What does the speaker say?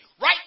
right